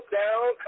down